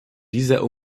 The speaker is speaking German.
dieser